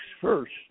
first